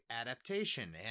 adaptation